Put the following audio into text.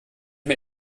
mir